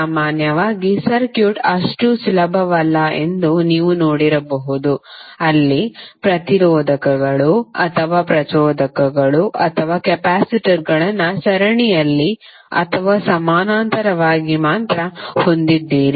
ಸಾಮಾನ್ಯವಾಗಿ ಸರ್ಕ್ಯೂಟ್ ಅಷ್ಟು ಸುಲಭವಲ್ಲ ಎಂದು ನೀವು ನೋಡಿರಬಹುದು ಅಲ್ಲಿ ಪ್ರತಿರೋಧಕಗಳು ಅಥವಾ ಪ್ರಚೋದಕಗಳು ಅಥವಾ ಕೆಪಾಸಿಟರ್ಗಳನ್ನು ಸರಣಿಯಲ್ಲಿ ಅಥವಾ ಸಮಾನಾಂತರವಾಗಿ ಮಾತ್ರ ಹೊಂದಿದ್ದೀರಿ